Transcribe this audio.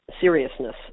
seriousness